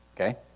Okay